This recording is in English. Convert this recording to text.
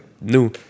new